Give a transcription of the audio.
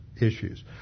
issues